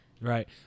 Right